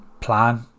plan